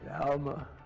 Alma